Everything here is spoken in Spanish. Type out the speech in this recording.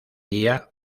día